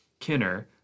Kinner